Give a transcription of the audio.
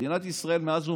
מדינת ישראל מאז ומעולם,